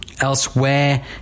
Elsewhere